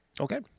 Okay